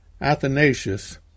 Athanasius